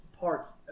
parts